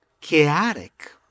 chaotic